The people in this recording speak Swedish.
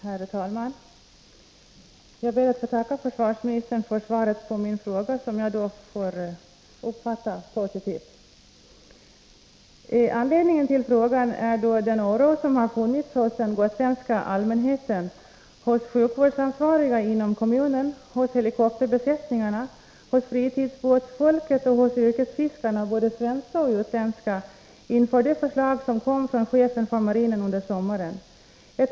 Herr talman! Jag ber att få tacka försvarsministern för svaret på min fråga, vilket jag uppfattar som positivt. Anledningen till frågan är den oro som funnits hos den gotländska allmänheten, hos sjukvårdsansvariga inom kommunen, hos helikopterbesättningarna, hos fritidsbåtsfolket och hos yrkesfiskarna — både svenska och utländska — inför det förslag som kom från chefen för marinen under sommaren.